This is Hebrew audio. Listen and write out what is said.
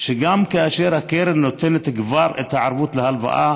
שגם כאשר הקרן כבר נותנת את הערבות להלוואה,